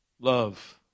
love